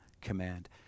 command